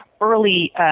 early